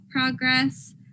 progress